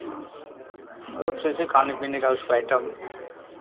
बस ऐसे खाने पीने का उसको आइटम